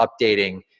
updating